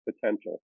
potential